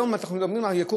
היום אנחנו מדברים על ייקור